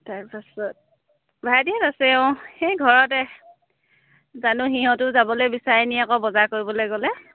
তাৰপাছত ভাইটিহঁত আছে অঁ সেই ঘৰতে জানো সিহঁতো যাবলৈ বিচাৰেনি আকৌ বজাৰ কৰিবলৈ গ'লে